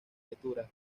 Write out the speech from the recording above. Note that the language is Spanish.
lecturas